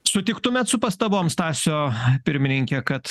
sutiktumėt su pastabom stasio pirmininke kad